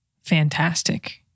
Fantastic